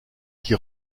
qui